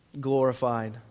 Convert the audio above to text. glorified